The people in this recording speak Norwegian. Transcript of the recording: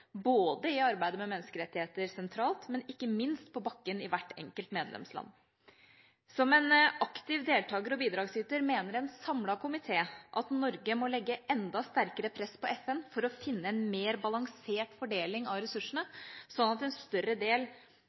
både i arbeidet med menneskerettigheter sentralt og ikke minst på bakken i hvert enkelt medlemsland. En samlet komité mener at Norge som en aktiv deltager og bidragsyter må legge enda sterkere press på FN for å finne en mer balansert fordeling av ressursene, sånn at en større del